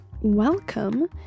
welcome